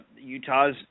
Utah's